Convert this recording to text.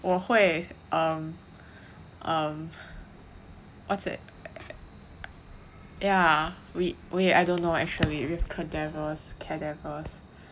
我会 um um what's that yeah we wait I don't know actually cadaver